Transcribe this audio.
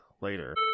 later